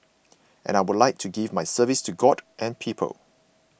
and I would like to give my service to God and people